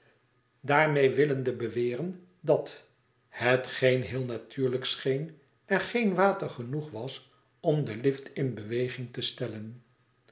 daarmeê willende beweren dat hetgeen heel natuurlijk scheen er geen water genoeg was om den lift in beweging te stellen